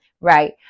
right